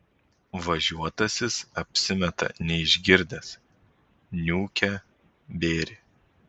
važiuotasis apsimeta neišgirdęs niūkia bėrį